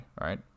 right